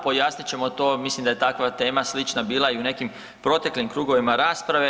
Pojasnit ćemo to mislim da je takva tema slična bila i u nekim proteklim krugovima rasprave.